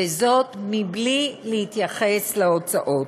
ובלי להתייחס להוצאות.